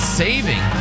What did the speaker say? saving